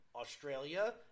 Australia